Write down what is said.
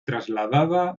trasladada